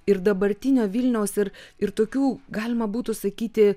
ir dabartinio vilniaus ir ir tokių galima būtų sakyti